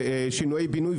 שינויי בינוי,